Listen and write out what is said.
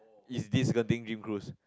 it's this Genting dream cruise